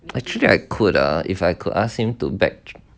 actually I could uh if I could ask him to back